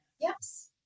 yes